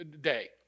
day